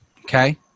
Okay